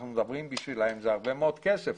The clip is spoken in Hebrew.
אנחנו מדברים בשבילם, זה הרבה מאוד כסף.